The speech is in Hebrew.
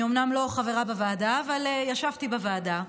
אני אומנם לא חברה בוועדה אבל ישבתי בוועדה.